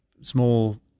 small